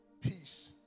peace